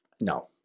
no